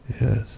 yes